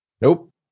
Nope